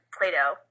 play-doh